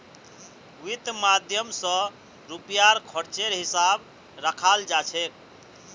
वित्त माध्यम स रुपयार खर्चेर हिसाब रखाल जा छेक